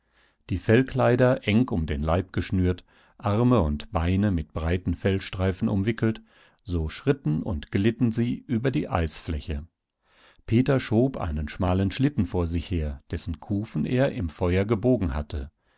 die fellkleider eng um den leib geschnürt arme und beine mit breiten fellstreifen umwickelt so schritten und glitten sie über die eisfläche peter schob einen schmalen schlitten vor sich her dessen kufen er im feuer gebogen hatte